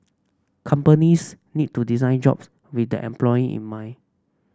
companies need to design jobs with the employee in mind